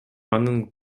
анын